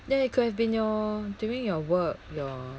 ya it could have been your during your work your